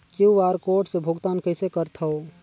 QR code से भुगतान कइसे करथव?